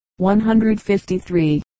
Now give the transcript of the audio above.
153